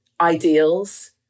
ideals